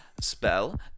spell